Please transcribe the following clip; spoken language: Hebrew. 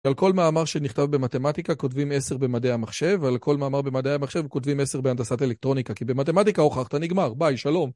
על כל מאמר שנכתב במתמטיקה כותבים 10 במדעי המחשב ועל כל מאמר במדעי המחשב כותבים 10 בהנדסת אלקטרוניקה כי במתמטיקה הוכחת נגמר, ביי, שלום